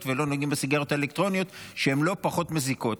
ולא נוגעים בסיגריות אלקטרוניות שהן לא פחות מזיקות?